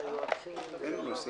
נעולה.